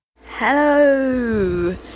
Hello